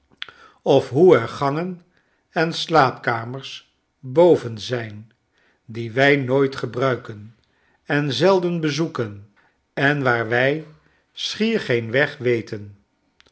of hoe er gangen en slaapkamers boven zijn die wij nooit gebruiken en zelden bezoeken en waar wij schier geen weg weten